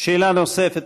שאלה נוספת.